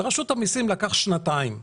לרשות המסים לקח שנתיים.